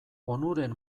onuren